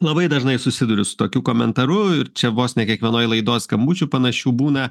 labai dažnai susiduriu su tokiu komentaru ir čia vos ne kiekvienoj laidos skambučių panašių būna